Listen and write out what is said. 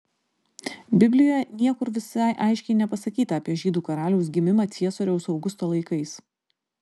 biblijoje niekur visai aiškiai nepasakyta apie žydų karaliaus gimimą ciesoriaus augusto laikais